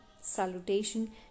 Salutation